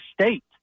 state